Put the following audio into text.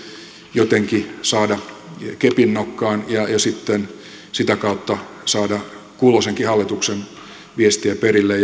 jotenkin saada kepinnokkaan ja sitten sitä kautta saada kulloisenkin hallituksen viestiä perille